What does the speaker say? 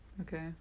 Okay